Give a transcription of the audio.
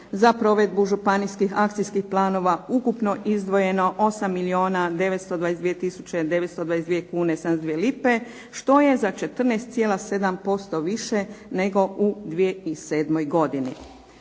za provedbu županijskih akcijskih planova ukupno izdvojeno 8 milijuna 922 tisuće 922 kune i 72 lipe, što je za 14,7% više nego u 2007. godini.